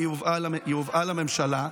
היא הובאה לממשלה.